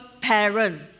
parent